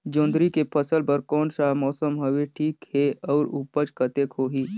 जोंदरी के फसल बर कोन सा मौसम हवे ठीक हे अउर ऊपज कतेक होही?